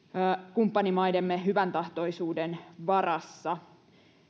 kumppanimaidemme hyväntahtoisuuden varassa